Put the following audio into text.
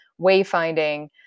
wayfinding